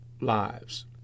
lives